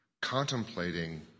contemplating